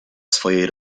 swojej